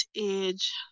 age